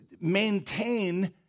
maintain